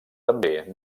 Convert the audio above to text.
també